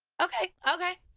okay, okay.